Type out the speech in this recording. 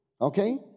Okay